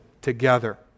together